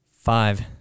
Five